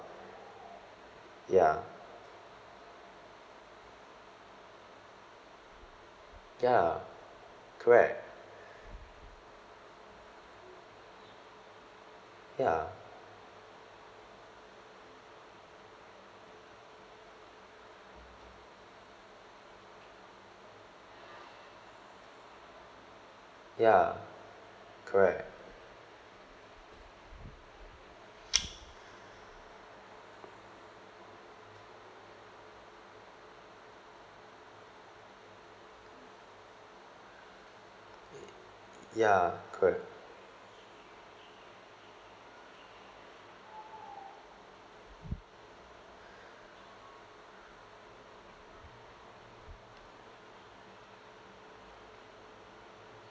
ya ya correct ya ya correct ya correct